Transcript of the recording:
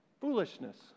Foolishness